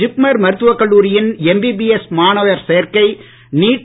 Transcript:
ஜிப்மர் மருத்துவக் கல்லூரியின் எம்பிபிஎஸ் மாணவர் சேர்க்கை நீட்